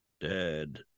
Dead